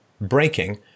breaking